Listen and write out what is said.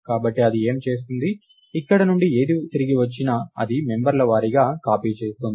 కాబట్టి అది ఏమి చేస్తుంది ఇక్కడ నుండి ఏది తిరిగి వచ్చినా అది మెంబర్ల వారీగా కాపీ చేస్తుంది